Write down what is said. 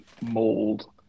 mold